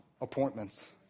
appointments